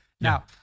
Now